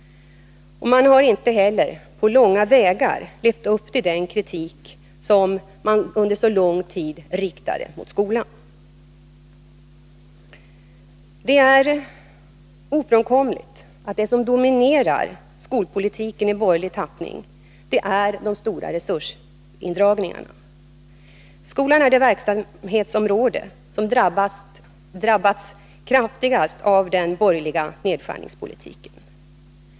Och man har inte på långa vägar levt upp till den kritik som man under lång tid riktade mot skolan. Det är ofrånkomligt att det som helt dominerar skolpolitiken i borgerlig tappning är de stora resursindragningarna. Skolan är det verksamhetsområde som drabbats kraftigast av den borgerliga nedskärningspolitiken.